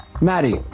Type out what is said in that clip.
Maddie